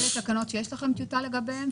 אלה תקנות שיש לכם טיוטה לגביהן,